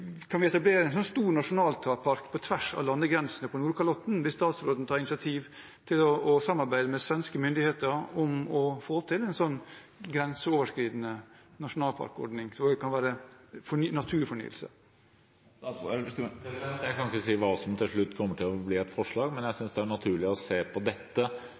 Kan vi etablere en slik stor nasjonalpark på tvers av landegrensene på Nordkalotten? Vil statsråden tar initiativ til å samarbeide med svenske myndigheter om å få til en sånn grenseoverskridende naturfornyelse? Jeg kan ikke si hva som til slutt kommer til å bli et forslag, men jeg synes det er naturlig å se på dette